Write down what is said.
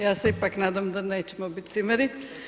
Ja se ipak nadam da nećemo bit cimeri.